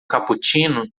cappuccino